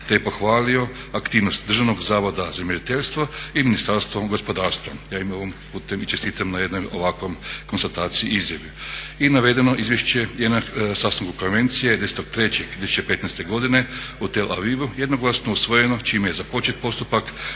te je pohvalio aktivnost Državnog zavoda za mjeriteljstvo i Ministarstva gospodarstva. Ja im ovim putem i čestitam na jednoj ovakvoj konstataciji i izjavi. I navedeno izvješće je na sastanku konvencije 10.3.2015. u Tel Avivu jednoglasno usvojeno čime je započet postupak